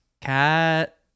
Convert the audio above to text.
Cat